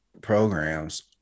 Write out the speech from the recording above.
programs